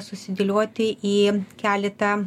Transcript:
susidėlioti į keletą